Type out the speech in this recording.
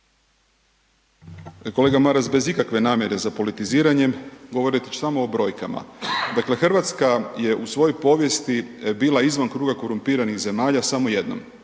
kolega Maras bez ikakve namjere za politiziranjem govoriti ću samo o brojkama. Dakle, Hrvatska je u svojoj povijesti bila izvan kruga korumpiranih zemalja samo jednom